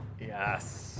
Yes